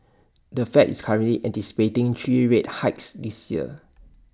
the fed is currently anticipating three rate hikes this year